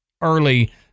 early